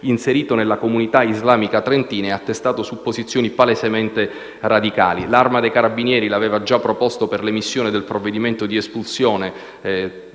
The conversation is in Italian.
inserito nella comunità islamica trentina e attestato su posizioni palesemente radicali. L'Arma dei carabinieri lo aveva già proposto per l'emissione del provvedimento di espulsione